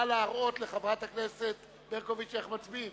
נא להראות לחברת הכנסת ברקוביץ איך מצביעים.